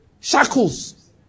Shackles